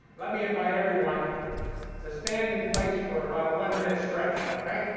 let me invite everyone to stand in place for about a one-minute stretch, ok?